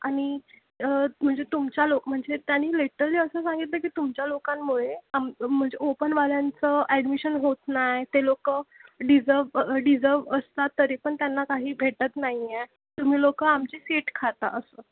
आणि म्हणजे तुमच्या लो म्हणजे त्याने लिटरली असं सांगितलं की तुमच्या लोकांमुळे आम म्हणजे ओपनवाल्यांचं ॲडमिशन होत नाही ते लोकं डिझव डिझव असतात तरी पण त्यांना काही भेटत नाही आहे तुम्ही लोकं आमची सीट खाता असं